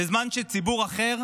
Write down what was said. בזמן שציבור אחר